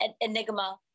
enigma